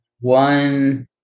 One